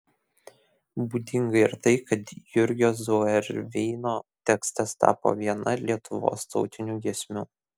būdinga ir tai kad jurgio zauerveino tekstas tapo viena lietuvos tautinių giesmių